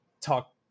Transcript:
talk